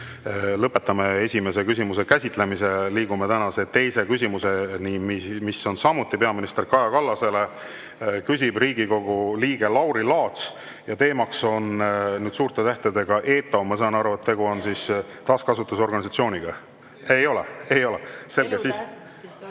Lõpetan esimese küsimuse käsitlemise. Liigume tänase teise küsimuseni, mis on samuti peaminister Kaja Kallasele. Küsib Riigikogu liige Lauri Laats ja teemaks on ETO. Ma saan aru, et tegu on siis taaskasutusorganisatsiooniga? Ei ole? Ei ole! (Kaja